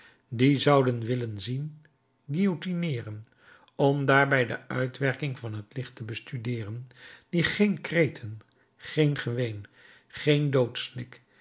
die zouden willen zien guillotineeren om daarbij de uitwerking van het licht te bestudeeren die geen kreten geen geween geen